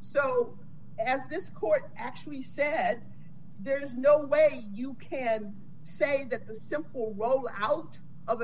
so as this court actually said there's no way you can say that the simple road out of